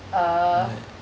err